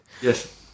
yes